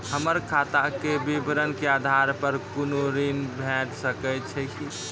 हमर खाता के विवरण के आधार प कुनू ऋण भेट सकै छै की?